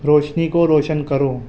روشنی کو روشن کرو